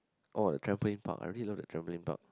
oh the trampling park I really love the trampling park